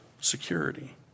Security